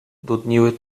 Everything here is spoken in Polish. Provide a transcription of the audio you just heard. dudniły